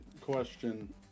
question